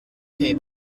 table